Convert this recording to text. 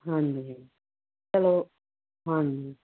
ਹਾਂਜੀ ਚਲੋ ਹਾਂਜੀ